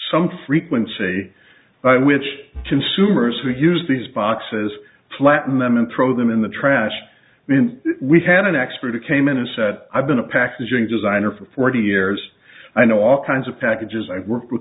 some three quincy which consumers who use these boxes flatten them and throw them in the trash bin we had an expert who came in and said i've been a packaging designer for forty years i know all kinds of packages i've worked with